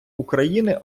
україни